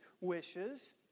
wishes